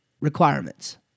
requirements